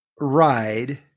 ride